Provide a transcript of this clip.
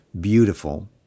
beautiful